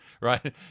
right